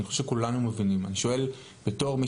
אני חושב שכולנו מבינים בתור מי